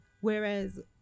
Whereas